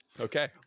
Okay